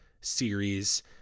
series